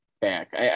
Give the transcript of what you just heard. back